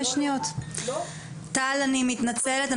--- טל אני מתנצלת,